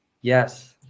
yes